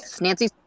nancy